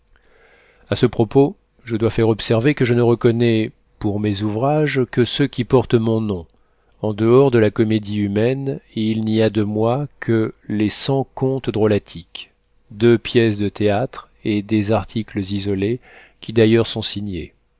a ce propos je dois faire observer que je ne reconnais pour mes ouvrages que ceux qui portent mon nom en dehors de la comédie humaine il n'y a de moi que les cent contes drôlatiques deux pièces de théâtre et des articles isolés qui d'ailleurs sont signés